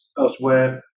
elsewhere